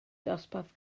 dosbarth